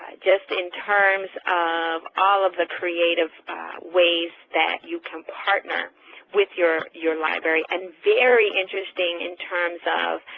ah just in terms of all of the creative ways that you can partner with your your library and very interesting in terms of